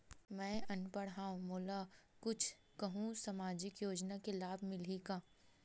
मैं अनपढ़ हाव मोला कुछ कहूं सामाजिक योजना के लाभ मिलही का?